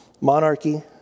Monarchy